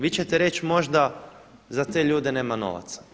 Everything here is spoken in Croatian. Vi ćete reći možda za te ljude nema novaca.